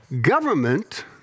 Government